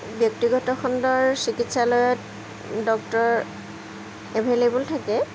ব্যক্তিগত খণ্ডৰ চিকিৎসালয়ত ডক্টৰ এভেইলেবল থাকে